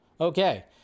Okay